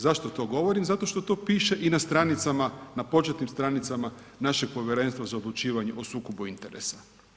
Zašto to govorim, zato što piše i na stranicama, na početnim stranicama našeg Povjerenstva za odlučivanje o sukobu interesa.